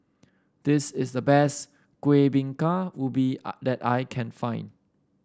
this is the best Kuih Bingka Ubi that I can find